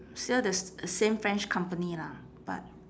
still the s~ same french company lah but